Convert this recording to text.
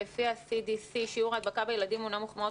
לפי ה-CDC: שיעור ההדבקה בילדים הוא נמוך מאוד,